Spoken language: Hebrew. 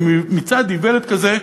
למצעד איוולת כזה,